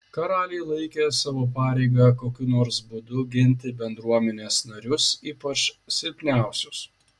karaliai laikė savo pareiga kokiu nors būdu ginti bendruomenės narius ypač silpniausius